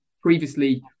previously